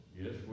Yes